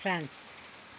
France